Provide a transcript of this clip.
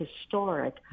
historic